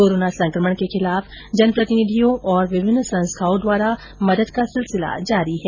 corona संक्रमण के खिलाफ जनप्रतिनिधियों और विभिन्न संस्थाओं द्वारा मदद का सिलसिला जारी है